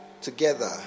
together